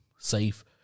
safe